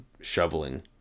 shoveling